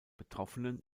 betroffenen